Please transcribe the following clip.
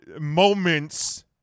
moments